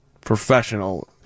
professional